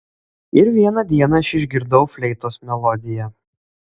ir vieną dieną aš išgirdau fleitos melodiją